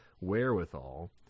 wherewithal